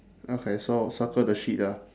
okay so circle the sheet ah